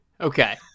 okay